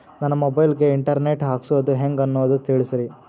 ನನ್ನ ಮೊಬೈಲ್ ಗೆ internet ಹಾಕ್ಸೋದು ಹೆಂಗ್ ಅನ್ನೋದು ತಿಳಸ್ರಿ